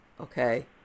okay